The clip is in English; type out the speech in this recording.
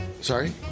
Sorry